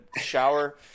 shower